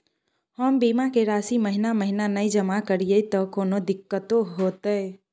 हम बीमा के राशि महीना महीना नय जमा करिए त कोनो दिक्कतों होतय?